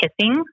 kissing